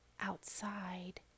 outside